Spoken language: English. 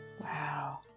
Wow